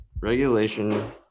regulation